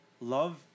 love